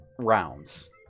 rounds